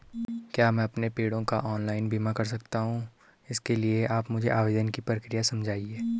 क्या मैं अपने पेड़ों का ऑनलाइन बीमा करा सकता हूँ इसके लिए आप मुझे आवेदन की प्रक्रिया समझाइए?